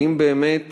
האם באמת